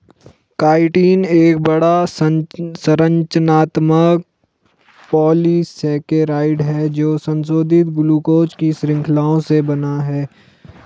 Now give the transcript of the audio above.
chitin एक बड़ा, संरचनात्मक पॉलीसेकेराइड है जो संशोधित ग्लूकोज की श्रृंखलाओं से बना है